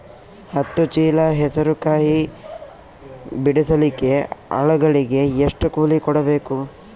ಹತ್ತು ಚೀಲ ಹೆಸರು ಕಾಯಿ ಬಿಡಸಲಿಕ ಆಳಗಳಿಗೆ ಎಷ್ಟು ಕೂಲಿ ಕೊಡಬೇಕು?